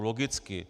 Logicky.